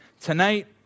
tonight